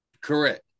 Correct